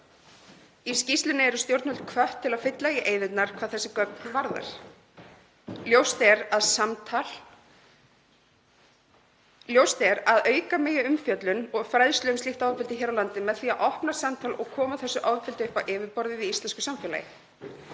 Í skýrslunni eru stjórnvöld hvött til að fylla í eyðurnar hvað þessi gögn varðar. Ljóst er að auka má umfjöllun og fræðslu um slíkt ofbeldi hér á landi með því að opna samtal og koma þessu ofbeldi upp á yfirborðið í íslensku samfélagi.